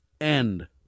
End